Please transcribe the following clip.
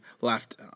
left